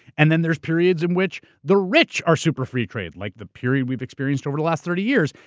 and then there's periods in which the rich are super free trade, like the period we've experienced over the last thirty years.